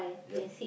yup